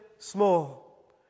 small